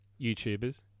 YouTubers